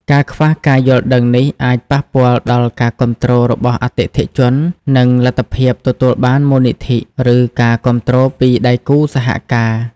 ការខ្វះការយល់ដឹងនេះអាចប៉ះពាល់ដល់ការគាំទ្ររបស់អតិថិជន និងលទ្ធភាពទទួលបានមូលនិធិ ឬការគាំទ្រពីដៃគូសហការ ។